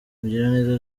mugiraneza